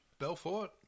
Belfort